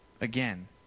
again